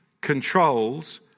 controls